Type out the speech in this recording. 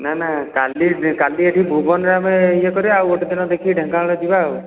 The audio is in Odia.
ନା ନା କାଲି କାଲି ଏଠି ଭୁବନରେ ଆମେ ଇଏ କରିବା ଆଉ ଗୋଟିଏ ଦିନ ଦେଖି ଢେଙ୍କାନାଳ ଯିବା ଆଉ